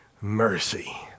mercy